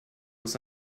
ist